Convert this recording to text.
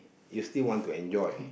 you still want to enjoy